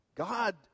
God